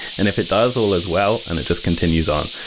and if it does, all is well, and it just continuous on.